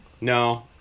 no